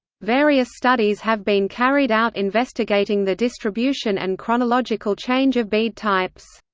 various studies have been carried out investigating the distribution and chronological change of bead types.